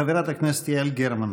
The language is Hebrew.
חברת הכנסת יעל גרמן.